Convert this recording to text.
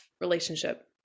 relationship